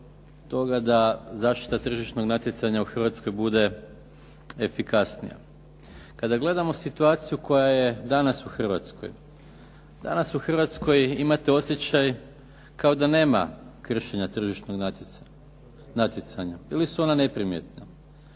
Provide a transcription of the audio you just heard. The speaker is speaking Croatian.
da zaštita tržišnog natjecanja u Hrvatskoj bude efikasnija. Kada gledamo situaciju koja je danas u Hrvatskoj. Danas u Hrvatskoj imate osjećaj kao da nema kršenja tržišnog natjecanja ili su ona neprimjetna.